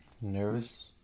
Nervous